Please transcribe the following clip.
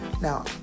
Now